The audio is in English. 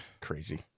crazy